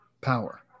power